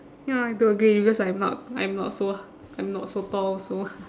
ya I have to agree because I'm not I'm not so I'm not so tall also